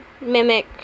mimic